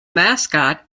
mascot